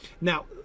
Now